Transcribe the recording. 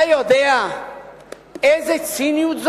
אתה יודע איזה ציניות זאת?